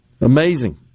Amazing